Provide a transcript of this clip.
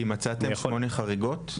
כי מצאתם שמונה חריגות?